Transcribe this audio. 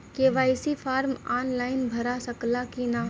KYC form online भरा सकला की ना?